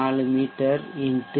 64 மீ x0